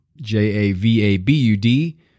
J-A-V-A-B-U-D